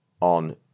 on